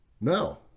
No